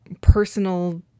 personal